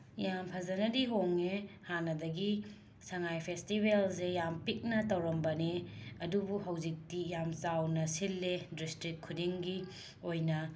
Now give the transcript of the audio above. ꯌꯥꯝ ꯐꯖꯟꯅꯗꯤ ꯍꯣꯡꯂꯦ ꯍꯥꯟꯅꯗꯒꯤ ꯁꯉꯥꯏ ꯐꯦꯁꯇꯤꯕꯦꯜꯖꯦ ꯌꯥꯝ ꯄꯤꯛꯅ ꯇꯧꯔꯝꯕꯅꯦ ꯑꯗꯨꯕꯨ ꯍꯧꯖꯤꯛꯇꯤ ꯌꯥꯝ ꯆꯥꯎꯅ ꯁꯤꯜꯂꯦ ꯗ꯭ꯔꯤꯁꯇ꯭ꯔꯤꯛ ꯈꯨꯗꯤꯡꯒꯤ ꯑꯣꯏꯅ